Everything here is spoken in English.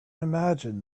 imagine